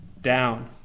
down